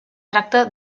tracta